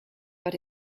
but